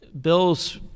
Bill's